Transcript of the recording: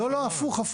לא, הפוך.